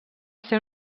ser